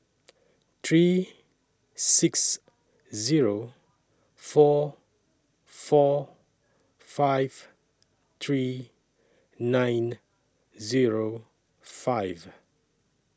three six Zero four four five three nine Zero five